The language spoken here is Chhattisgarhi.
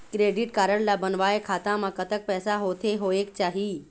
क्रेडिट कारड ला बनवाए खाता मा कतक पैसा होथे होएक चाही?